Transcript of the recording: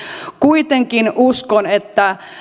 kuitenkin uskon että